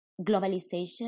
globalization